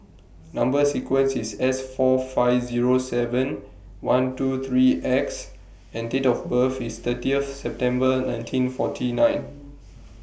Number sequence IS S four five Zero seven one two three X and Date of birth IS thirtieth September nineteen forty nine